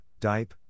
DIPE